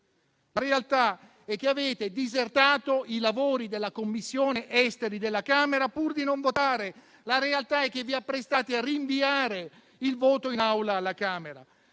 La realtà è che avete disertato i lavori della Commissione esteri della Camera pur di non votare; la realtà è che vi apprestate a rinviare il voto in Aula alla Camera,